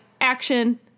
action